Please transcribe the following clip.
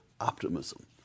optimism